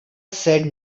said